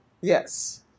Yes